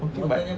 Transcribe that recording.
okay but